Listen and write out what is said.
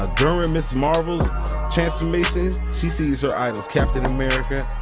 ah during ms marvel tranformation she sees her idols captain america,